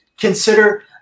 consider